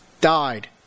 died